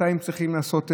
מתי הם צריכים לעשות PCR,